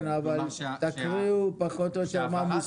כן, אבל תקריאו פחות או יותר מה מוסכם.